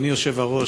אדוני היושב-ראש,